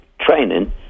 training